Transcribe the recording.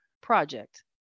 project